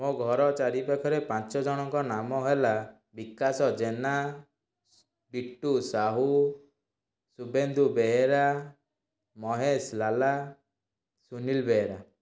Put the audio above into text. ମୋ ଘର ଚାରିପାଖରେ ପାଞ୍ଚଜଣଙ୍କ ନାମ ହେଲା ବିକାଶ ଜେନା ବିଟୁ ସାହୁ ଶୁଭେନ୍ଦୁ ବେହେରା ମହେଶ ଲାଲା ସୁନିଲ ବେହେରା